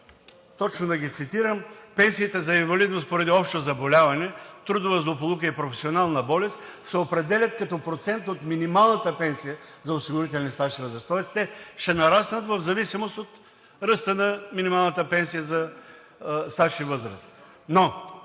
точно ще ги цитирам: пенсиите за инвалидност поради общо заболяване, трудова злополука и професионална болест се определят като процент от минималната пенсия за осигурителен стаж и възраст, тоест те ще нараснат в зависимост от ръста на минималната пенсия за стаж и възраст.